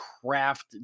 craft